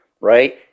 right